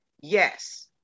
Yes